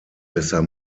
besser